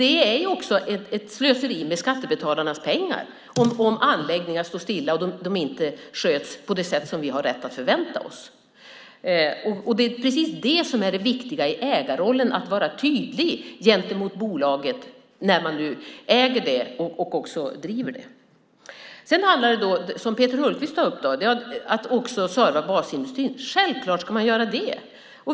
Det är också ett slöseri med skattebetalarnas pengar om anläggningar står stilla och de inte sköts på det sätt som vi har rätt att förvänta oss. Det är precis det som är det viktiga i ägarrollen, att vara tydlig gentemot bolaget när man nu äger det och också driver det. Sedan handlar det, som Peter Hultqvist tar upp, om att också serva basindustrin. Självklart ska man göra det!